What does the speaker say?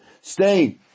stay